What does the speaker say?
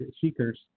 seekers